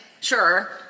sure